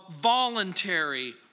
voluntary